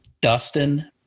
Dustin